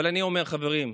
אבל אני אומר: חברים,